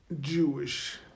Jewish